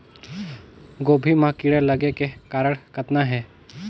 गोभी म कीड़ा लगे के कारण कतना हे?